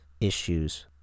issues